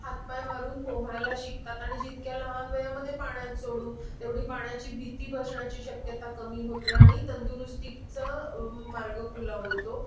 हातपाय मारून पोहायला शिकतात आणि जितक्या लहान वयामध्ये पाण्यात सोडू तेवढी पाण्याची भीती बसण्याची शक्यता कमी होते आणि तंदुरुस्तीचा मार्ग खुला होतो